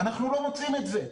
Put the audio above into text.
אנחנו לא מוצאים את זה.